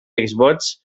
exvots